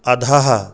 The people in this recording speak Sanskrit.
अधः